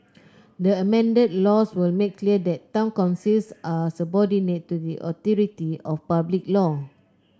the amended laws will make clear that town councils are subordinate to the authority of public law